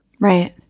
Right